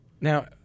Now